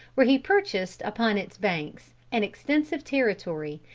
where he purchased upon its banks an extensive territory,